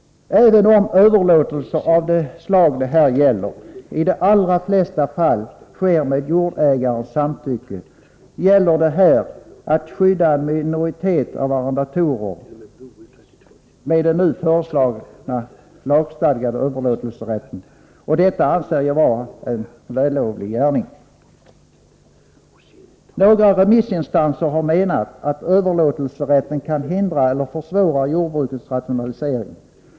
Även om överlåtelser av det slag det här gäller i de allra flesta fall sker med jordägarens samtycke, gäller det här att skydda en minoritet av arrendatorer med den nu föreslagna lagstadgade överlåtelserätten. Detta anser jag vara en vällovlig gärning. Några remissinstanser har menat att överlåtelserätten kan hindra eller försvåra jordbrukets rationalisering.